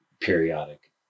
periodic